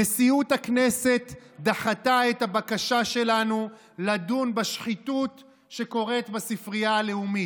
נשיאות הכנסת דחתה את הבקשה שלנו לדון בשחיתות שקורית בספרייה הלאומית.